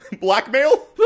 Blackmail